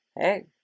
hey